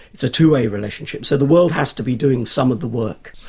it's a two-way relationship. so the world has to be doing some of the work.